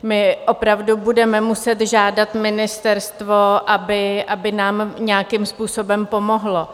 My opravdu budeme muset žádat ministerstvo, aby nám nějakým způsobem pomohlo.